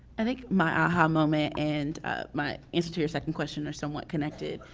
i think my aha moment and my answer to your second question are somewhat connected.